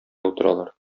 утыралар